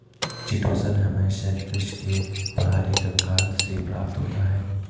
chitosan हमें shellfish के बाहरी कंकाल से प्राप्त होता है